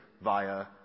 via